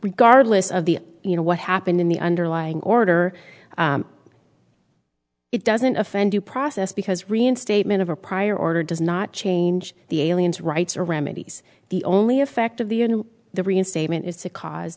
regardless of the you know what happened in the underlying order it doesn't offend due process because reinstatement of a prior order does not change the aliens rights or remedies the only effect of the the reinstatement is to cause